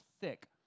thick